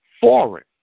foreign